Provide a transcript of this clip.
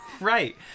Right